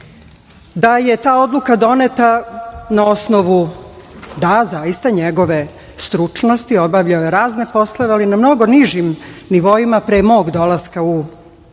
da je ta odluka doneta na osnovu, da zaista, njegove stručnosti, obavljao je razne poslove i na mnogo nižim nivoima pre mog dolaska u NBS,